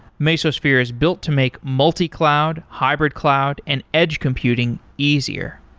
mesosphere is built to make multi-cloud, hybrid cloud and edge computing easier.